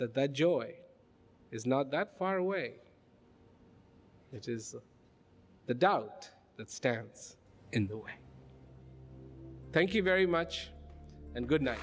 that the joy is not that far away it is the doubt that stands in the way thank you very much and good n